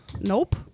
Nope